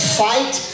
fight